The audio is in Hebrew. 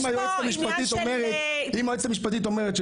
זה